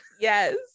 yes